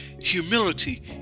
Humility